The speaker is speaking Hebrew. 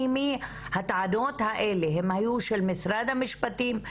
הטענות האלה היו של משרד המשפטים?